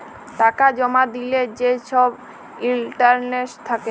টাকা জমা দিলে যে ছব ইলটারেস্ট থ্যাকে